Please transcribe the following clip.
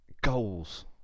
goals